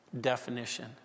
definition